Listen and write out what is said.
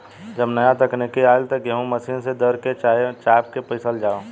जब नाया तकनीक आईल त गेहूँ मशीन से दर के, चाहे चाप के पिसल जाव